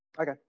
Okay